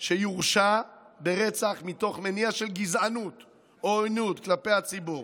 שיורשע ברצח מתוך מניע של גזענות או עוינות כלפי הציבור